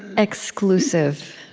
exclusive.